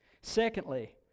Secondly